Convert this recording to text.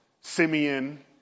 Simeon